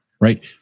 right